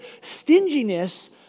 stinginess